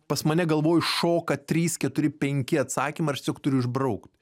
pas mane galvoj iššoka trys keturi penki atsakymai ir aš tiesiog turiu išbraukt